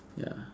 ya